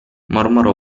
mormorò